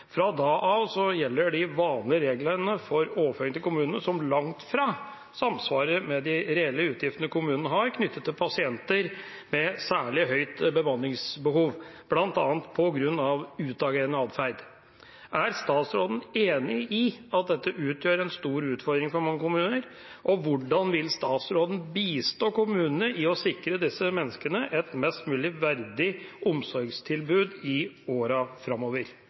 Fra da av gjelder de vanlige reglene for overføringer til kommunene, som langt fra samsvarer med de reelle utgiftene kommunene har knyttet til pasienter med særlig høyt bemanningsbehov, bl.a. på grunn av utagerende adferd. Er statsråden enig i at dette utgjør en stor utfordring for mange kommuner, og hvordan vil statsråden bistå kommunene i å sikre disse menneskene et mest mulig verdig omsorgstilbud i åra framover?»